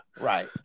Right